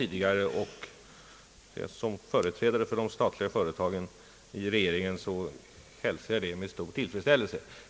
Som företrädare i regeringen för de statliga företagen hälsar jag detta med stor tillfredsställelse.